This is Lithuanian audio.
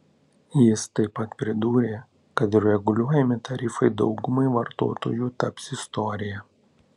jis taip pat pridūrė kad reguliuojami tarifai daugumai vartotojų taps istorija